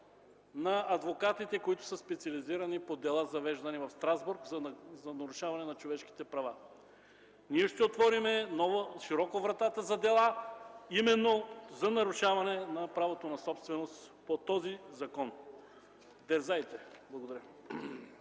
на адвокатите, специализирани в завеждане на дела в Страсбург за нарушаване на човешки права. Ние ще отворим широко вратата за дела именно за нарушаване на правото на собственост по този закон. Дерзайте! Благодаря.